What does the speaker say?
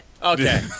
Okay